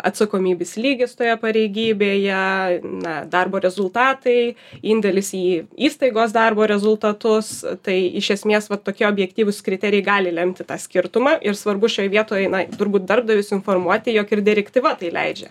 atsakomybės lygis toje pareigybėje na darbo rezultatai indėlis į įstaigos darbo rezultatus tai iš esmės vat tokie objektyvūs kriterijai gali lemti tą skirtumą ir svarbu šioj vietoj na turbūt darbdavius informuoti jog ir direktyva tai leidžia